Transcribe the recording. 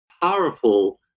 powerful